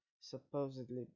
supposedly